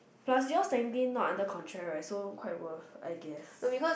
plus yours technically not under contract right so quite worth I guess